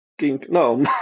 no